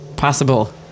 possible